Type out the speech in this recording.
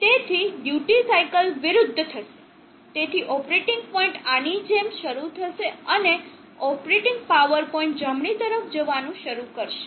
તેથી duty cycle વિરુદ્ધ થશે તેથી ઓપરેટિંગ પોઇન્ટ આની જેમ શરુ થશે અને ઓપરેટિંગ પાવર પોઇન્ટ જમણી તરફ જવાનું શરૂ કરશે